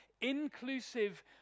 inclusive